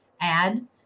add